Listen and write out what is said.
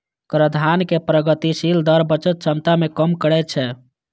कराधानक प्रगतिशील दर बचत क्षमता कें कम करै छै